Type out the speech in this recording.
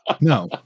No